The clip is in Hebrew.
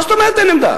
מה זאת אומרת אין עמדה?